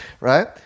right